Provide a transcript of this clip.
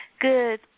Good